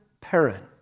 parent